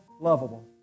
lovable